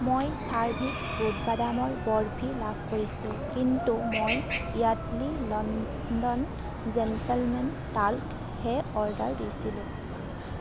মই চাৰ্ভিক বুট বাদামৰ বৰ্ফি লাভ কৰিছোঁ কিন্তু মই য়াৰ্ডলী লণ্ডন জেণ্টলমেন টাল্কহে অৰ্ডাৰ দিছিলোঁ